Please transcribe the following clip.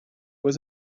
was